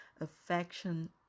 affection